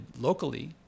locally